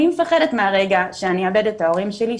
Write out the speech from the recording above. אני מפחדת מהרגע שאני אאבד את ההורים שלי,